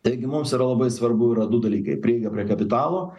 taigi mums yra labai svarbu yra du dalykai prieiga prie kapitalo